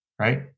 right